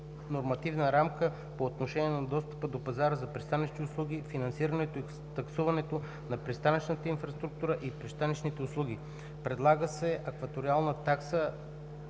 нормативна рамка по отношение на достъпа до пазара на пристанищни услуги, финансирането и таксуването на пристанищната инфраструктура и пристанищните услуги. Предлага се акваториална такса